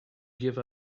give